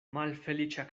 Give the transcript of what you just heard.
malfeliĉa